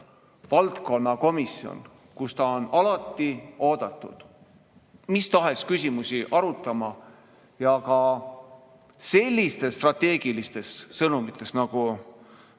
valdkonna komisjon, kus ta on alati oodatud mis tahes küsimusi arutama. Ja selliste strateegiliste sõnumite